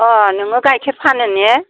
अह नोङो गाइखेर फानो ने